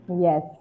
Yes